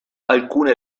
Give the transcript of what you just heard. alcune